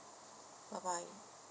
bye bye